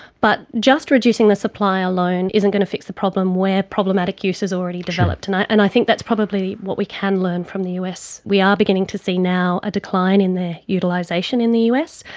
but just reducing the supply alone isn't going to fix the problem where problematic use has already developed, and i and i think that's probably what we can learn from the us. we are beginning to see now a decline in their utilisation in the us.